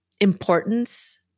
importance